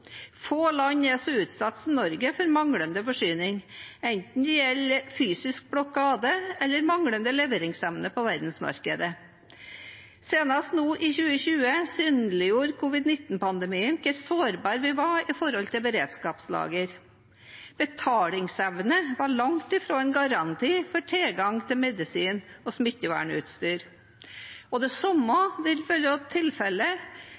Få land er så utsatt som Norge for manglende forsyning, enten det gjelder fysisk blokade eller manglende leveringsevne på verdensmarkedet. Senest nå i 2020 synliggjorde covid-19-pandemien hvor sårbare vi var når det gjaldt beredskapslagre. Betalingsevne var langt fra en garanti for tilgang til medisin og smittevernutstyr. Det samme vil være tilfellet